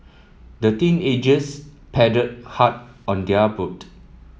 the teenagers paddled hard on their boat